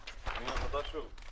הישיבה ננעלה בשעה 10:12.